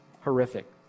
horrific